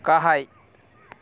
गाहाय